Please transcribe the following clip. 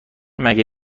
مگه